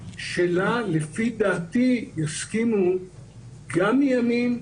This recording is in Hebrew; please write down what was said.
שלה לפי דעתי יסכימו גם מימין,